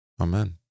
Amen